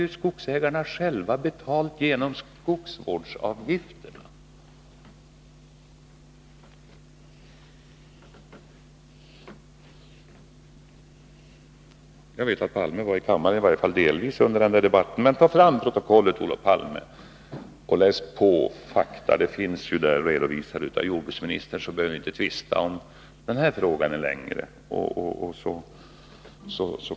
Jag vet att Olof Palme var i kammaren, i varje fall stundtals, under den debatten. Men ta fram protokollet, Olof Palme, och läs på det! Där finns fakta redovisade av jordbruksministern. Då behöver vi inte tvista om den frågan längre.